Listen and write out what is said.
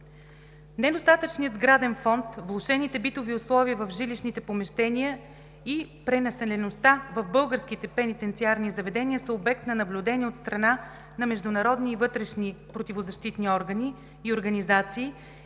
Недостатъчният сграден фонд, влошените битови условия в жилищните помещения и пренаселеността в българските пенитенциарни заведения са обект на наблюдение от страна на международни и вътрешни правозащитни органи и организации